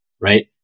right